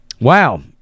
Wow